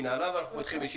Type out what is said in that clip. הישיבה ננעלה בשעה